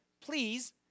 please